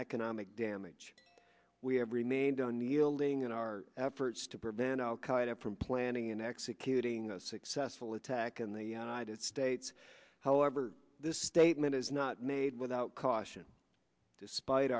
economic damage we have remained on kneeling in our efforts to prevent al qaeda from planning and executing a successful attack in the united states however this statement is not made without caution despite